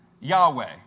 Yahweh